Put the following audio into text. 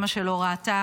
אימא שלו ראתה